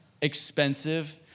expensive